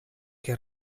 què